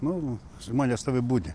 nu žmonės stovi budi